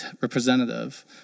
representative